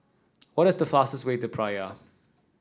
what is the fastest way to Praia